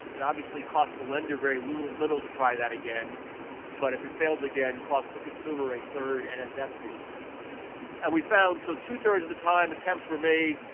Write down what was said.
it obviously cost the lender very little little to try that again but, if it fails again, costs the consumer a third and nsf ah fee, and we found so, two-thirds of the time, attempts were made.